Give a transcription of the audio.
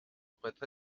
pourrait